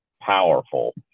powerful